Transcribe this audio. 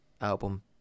album